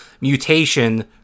mutation